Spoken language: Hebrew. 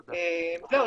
זהו,